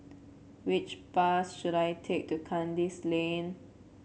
which bus should I take to Kandis Lane